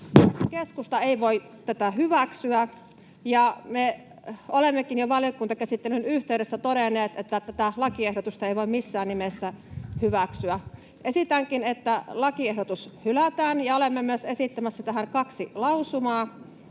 Keskusta ei voi tätä hyväksyä, ja me olemmekin jo valiokuntakäsittelyn yhteydessä todenneet, että tätä lakiehdotusta ei voi missään nimessä hyväksyä. Esitänkin, että lakiehdotus hylätään, ja olemme myös esittämässä tähän kahta lausumaa,